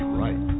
right